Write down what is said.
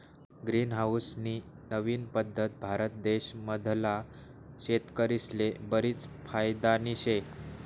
green house नी नवीन पद्धत भारत देश मधला शेतकरीस्ले बरीच फायदानी शे